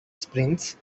sprints